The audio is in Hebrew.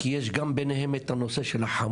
כי ביניהם יש גם את הנושא של החמולות.